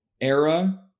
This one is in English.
era